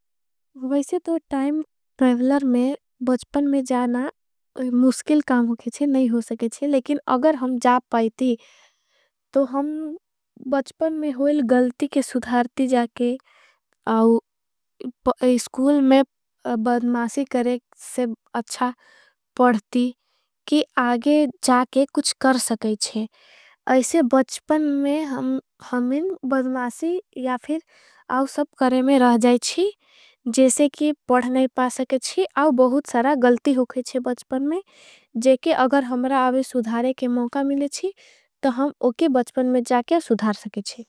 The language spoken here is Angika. वैसे तो टाइम ट्रेवलर में बच्पन में जाना मुष्किल काम होकेची। नहीं हो सकेची लेकिन अगर हम जा पाईती तो हम बच्पन। में होईल गल्ती के सुधारती जाके आओ स्कूल में बदमासी। करें से अच्छा पढ़ती कि आगे जाके कुछ कर सकेची ऐसे। बच्पन में हमें बदमासी या फिर आओ सब करें में रह जाएची। जैसे कि पढ़ नहीं पा सकेची आओ बहुत सरा गल्ती होकेची। बच्पन में जेकि अगर हमरा आवे सुधारे के मौका मिलेची। तो हम ओके बच्पन में जाके सुधार सकेची।